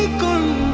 gun